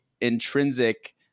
intrinsic